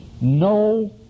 No